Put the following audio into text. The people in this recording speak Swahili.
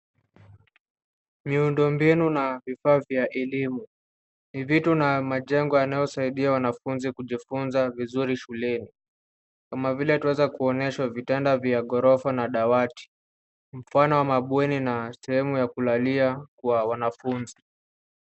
Miundombinu na vifaa vya elimu. Ni vitu na majengo yanayosaidia wanafunzi kujifunza vizuri shuleni, kama vile tunaweza kuonyeshwa vitanda vya ghorofa na dawati, mfano wa mabweni na sehemu ya kulalia kwa wanafunzi.